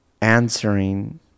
answering